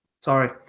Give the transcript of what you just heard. Sorry